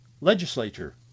legislature